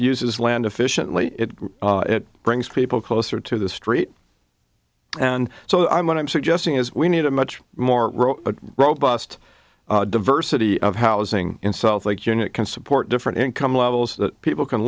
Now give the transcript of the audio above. uses land efficiently it brings people closer to the street and so i'm going i'm suggesting is we need a much more robust diversity of housing in south like unit can support different income levels that people can